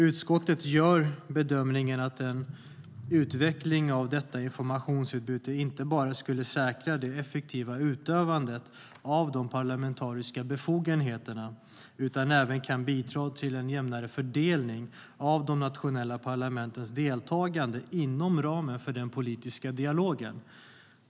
Utskottet gör bedömningen att en utveckling av detta informationsutbyte inte bara skulle säkra det effektiva utövandet av de parlamentariska befogenheterna utan att det även kan bidra till en jämnare fördelning av de nationella parlamentens deltagande inom ramen för den politiska dialogen.